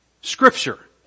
Scripture